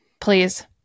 Please